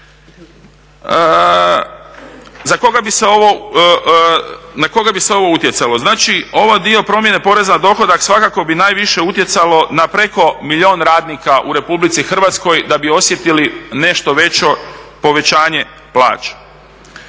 Na koga bi sve ovo utjecalo? Znači ovaj dio promjene poreza na dohodak svakako bi najviše utjecalo na preko milijun radnika u RH da bi osjetili nešto veće povećanje plaća.